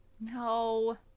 No